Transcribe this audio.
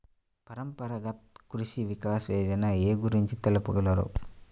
పరంపరాగత్ కృషి వికాస్ యోజన ఏ గురించి తెలుపగలరు?